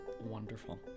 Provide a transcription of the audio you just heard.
wonderful